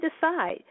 decide